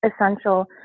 essential